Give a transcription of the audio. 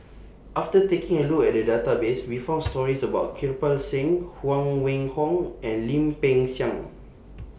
after taking A Look At The Database We found stories about Kirpal Singh Huang Wenhong and Lim Peng Siang